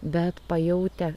bet pajautę